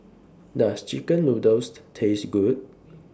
Does Chicken Noodles Taste Good